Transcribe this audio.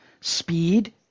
speed